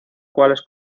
cuales